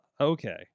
okay